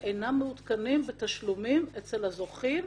הם אינם מעודכנים בתשלומים אצל הזוכים,